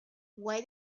why